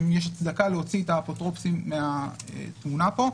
האם יש הצדקה להוציא את האפוטרופוסים מהתמונה פה?